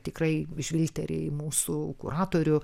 tikrai žvilgtelėję į mūsų kuratorių